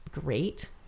great